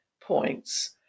points